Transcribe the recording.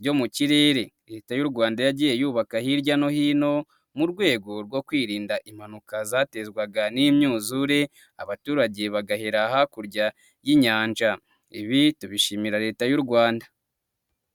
byo mu kirere leta y'u Rwanda yagiye yubaka hirya no hino ,mu rwego rwo kwirinda impanuka zaterwaga n'imyuzure ,Abaturage bagahera hakurya y'inyanja. Ibi tubishimira leta y'u Rwanda.